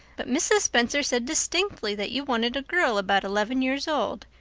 but mrs. spencer said distinctly that you wanted a girl about eleven years old.